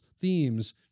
themes